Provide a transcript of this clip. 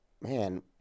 man